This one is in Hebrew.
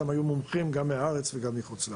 שם היו מומחים גם מהארץ וגם מחו"ל.